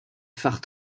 phare